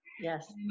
Yes